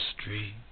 street